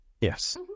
Yes